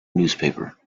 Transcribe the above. newspaper